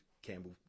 Campbell